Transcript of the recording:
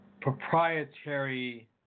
proprietary